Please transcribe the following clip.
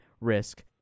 risk